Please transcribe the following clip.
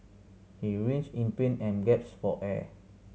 he writhed in pain and gasped for air